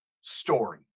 story